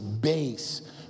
base